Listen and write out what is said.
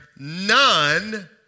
None